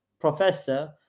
professor